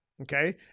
Okay